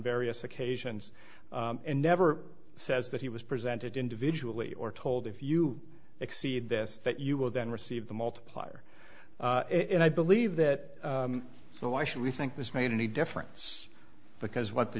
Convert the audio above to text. various occasions and never says that he was presented individually or told if you exceed this that you will then receive the multiplier and i believe that so why should we think this made any difference because what the